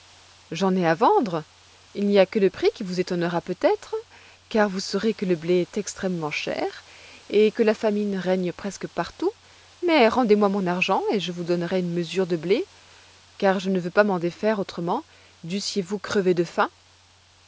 j'en ai à vendre il n'y a que le prix qui vous étonnera peut-être car vous saurez que le blé est extrêmement cher et que la famine règne presque partout mais rendez-moi mon argent et je vous donnerai une mesure de blé car je ne veux pas m'en défaire autrement dussiez-vous crever de faim